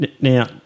Now